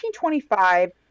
1925